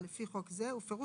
אתה פוגע בו.